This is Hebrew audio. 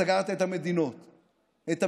סגרת את המדינה כולה.